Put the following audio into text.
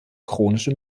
chronische